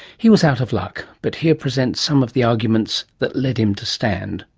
he was out of luck, but here presents some of the arguments that led him to stand.